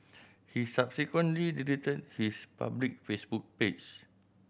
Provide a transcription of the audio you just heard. he subsequently deleted his public Facebook page